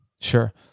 Sure